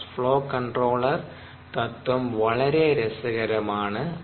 mass flow controller തത്ത്വം വളരെ രസകരമാണ്